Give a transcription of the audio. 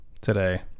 today